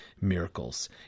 miracles